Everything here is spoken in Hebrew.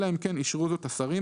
אלא אם כן אישרו זאת השרים,